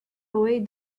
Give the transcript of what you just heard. away